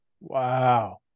Wow